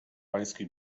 pański